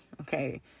okay